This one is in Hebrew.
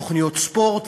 תוכניות ספורט,